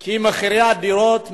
כי מחירי הדירות משתוללים.